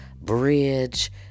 bridge